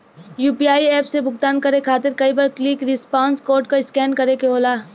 UPI app से भुगतान करे खातिर कई बार क्विक रिस्पांस कोड क स्कैन करे क होला